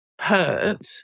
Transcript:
hurt